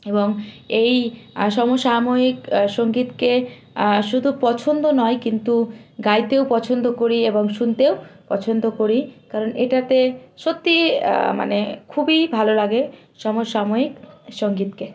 এবং এই সমসাময়িক সঙ্গীতকে শুধু পছন্দ নয় কিন্তু গাইতেও পছন্দ করি এবং শুনতেও পছন্দ করি কারণ এটাতে সত্যি মানে খুবই ভালো লাগে সমসাময়িক সঙ্গীতকে